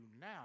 now